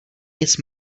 nic